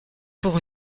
pour